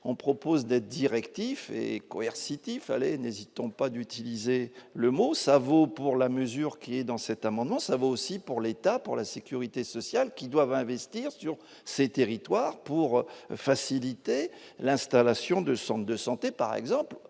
on propose des directif Eschauer City fallait n'hésitons pas d'utiliser le mot ça vaut pour la mesure clé dans cet amendement, ça vaut aussi pour l'État pour la sécurité sociale qui doivent investir sur ces territoires pour faciliter l'installation de Centre de santé par exemple,